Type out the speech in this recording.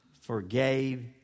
forgave